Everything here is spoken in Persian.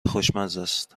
خوشمزست